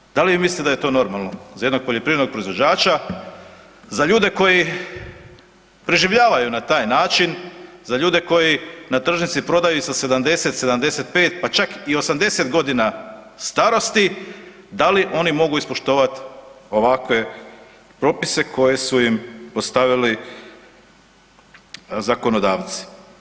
E pa sada, da li vi mislite da je to normalno za jednog poljoprivrednog proizvođača, za ljude koji preživljavaju na taj način, za ljude koji na tržnici prodaju sa 70, 75 pa čak i 80 godina starosti, da li oni mogu ispoštovati ovakve propise koje su im postavili zakonodavci?